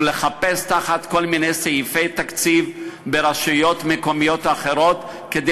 לחפש תחת כל מיני סעיפי תקציב ברשויות מקומיות אחרות כדי